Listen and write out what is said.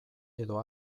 edo